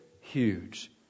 huge